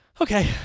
Okay